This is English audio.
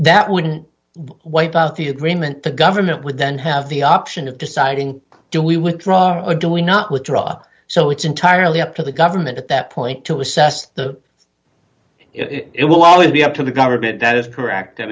that wouldn't wipe out the agreement the government would then have the option of deciding do we withdraw or do we not withdraw so it's entirely up to the government at that point to assess the it will always be up to the government that is correct i